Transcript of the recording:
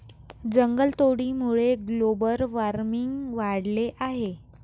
जंगलतोडीमुळे global warming वाढले आहे